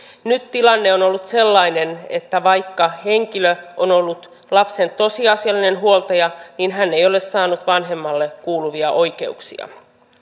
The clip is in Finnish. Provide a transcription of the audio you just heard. nyt tilanne on on ollut sellainen että vaikka henkilö on ollut lapsen tosiasiallinen huoltaja hän ei ole saanut vanhemmalle kuuluvia oikeuksia